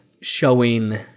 showing